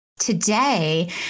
Today